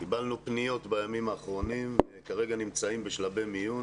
קיבלנו בימים האחרונים פניות שכרגע נמצאות בשלבי מיון